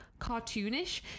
cartoonish